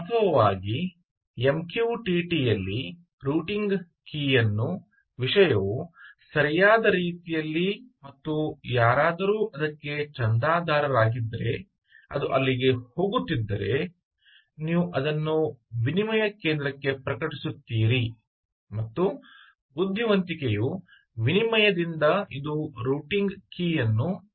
ವಾಸ್ತವವಾಗಿ MQTT ಯಲ್ಲಿ routing ಕೀಲಿಯನ್ನು ವಿಷಯವು ಸರಿಯಾದ ರೀತಿಯಲ್ಲಿ ಮತ್ತು ಯಾರಾದರೂ ಅದಕ್ಕೆ ಚಂದಾದಾರರಾಗಿದ್ದರೆ ಅದು ಅಲ್ಲಿಗೆ ಹೋಗುತ್ತಿದ್ದರೆ ನೀವು ಅದನ್ನು ವಿನಿಮಯ ಕೇಂದ್ರಕ್ಕೆ ಪ್ರಕಟಿಸುತ್ತೀರಿ ಮತ್ತು ಬುದ್ಧಿವಂತಿಕೆಯು ವಿನಿಮಯದಿಂದ ಇದು ರೂಟಿಂಗ್ ಕೀಲಿಯನ್ನು ಅವಲಂಬಿಸಿರುತ್ತದೆ